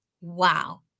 wow